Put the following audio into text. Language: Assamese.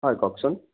হয় কওকচোন